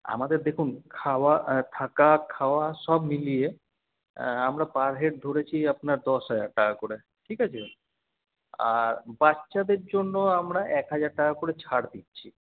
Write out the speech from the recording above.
আমাদের দেখুন খাওয়া থাকা খাওয়া সব মিলিয়ে আমরা পার হেড ধরেছি আপনার দশ হাজার টাকা করে ঠিক আছে আর বাচ্চাদের জন্য আমরা এক হাজার টাকা করে ছাড় দিচ্ছি